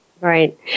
Right